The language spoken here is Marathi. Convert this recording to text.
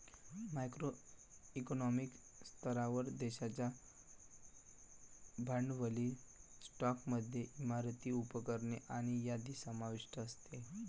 मॅक्रो इकॉनॉमिक स्तरावर, देशाच्या भांडवली स्टॉकमध्ये इमारती, उपकरणे आणि यादी समाविष्ट असते